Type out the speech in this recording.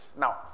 Now